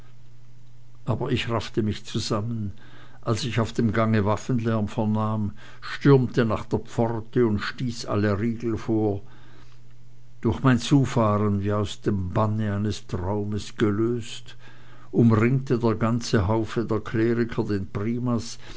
aber ich raffte mich zusammen als ich auf dem gange waffenlärm vernahm stürmte nach der pforte und stieß alle riegel vor durch mein zufahren wie aus dem banne eines traumes gelost umringte der ganze haufe der kleriker den primas